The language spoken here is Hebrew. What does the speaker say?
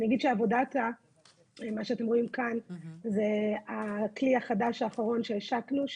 ואני אגיד שמה שאתם רואים כאן זה הכלי החדש האחרון שהשקנו.